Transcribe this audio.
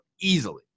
easily